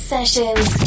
Sessions